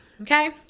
Okay